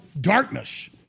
darkness